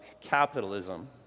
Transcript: Capitalism